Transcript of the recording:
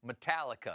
Metallica